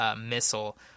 missile